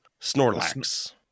Snorlax